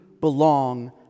belong